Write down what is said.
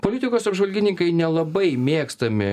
politikos apžvalgininkai nelabai mėgstami